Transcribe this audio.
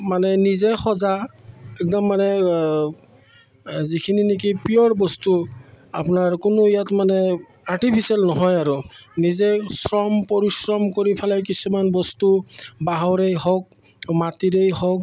মানে নিজে সজা একদম মানে যিখিনি নেকি পিয়ৰ বস্তু আপোনাৰ কোনো ইয়াত মানে আৰ্টিফিচিয়েল নহয় আৰু নিজে শ্ৰম পৰিশ্ৰম কৰি ফেলাই কিছুমান বস্তু বাঁহৰেই হওক মাটিৰেই হওক